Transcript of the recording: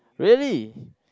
really